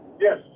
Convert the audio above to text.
yes